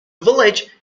village